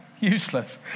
Useless